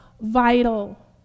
vital